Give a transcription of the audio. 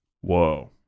Whoa